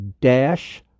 dash